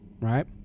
right